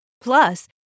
Plus